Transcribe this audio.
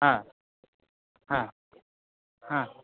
হ্যাঁ হ্যাঁ হ্যাঁ